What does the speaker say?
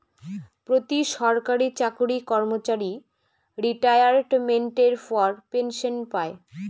প্রতি সরকারি চাকরি কর্মচারী রিটাইরমেন্টের পর পেনসন পায়